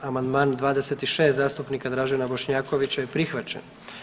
Amandman 26. zastupnika Dražena Bošnjakovića je prihvaćen.